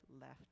left